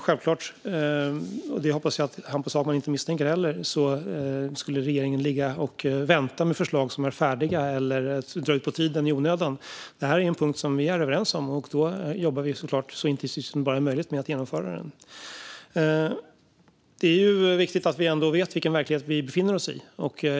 Jag hoppas att Hampus Hagman inte misstänker att regeringen skulle ligga och vänta med förslag som är färdiga och dra ut på tiden i onödan. Det här är en punkt som vi är överens om, och då jobbar vi såklart så intensivt som det bara är möjligt med att genomföra den. Det är viktigt att vi vet vilken verklighet vi befinner oss i.